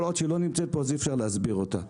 כל עוד היא לא נמצאת פה, אי אפשר להסביר אותה.